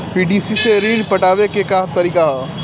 PDC से ऋण पटावे के का तरीका ह?